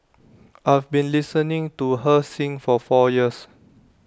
I've been listening to her sing for four years